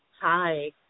Hi